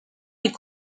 est